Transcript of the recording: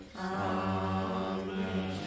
Amen